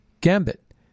gambit